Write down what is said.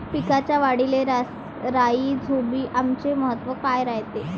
पिकाच्या वाढीले राईझोबीआमचे महत्व काय रायते?